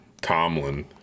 Tomlin